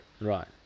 Right